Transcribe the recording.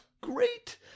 great